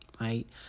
right